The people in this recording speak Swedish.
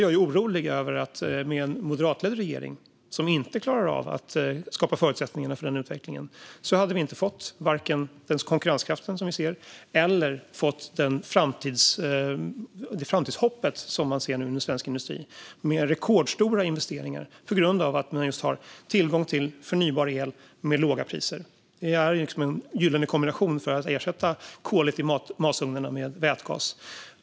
Jag är orolig för att vi med en moderatledd regering som inte klarar av att skapa förutsättningar för den utvecklingen inte skulle ha fått vare sig den konkurrenskraft vi har eller det framtidshopp som man nu ser i svensk industri. Där får man rekordstora investeringar just på grund av att man har tillgång till förnybar el med låga priser. Det är en gyllene kombination för att ersätta kolet i masugnarna med vätgas.